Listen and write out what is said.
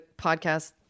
podcast